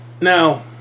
Now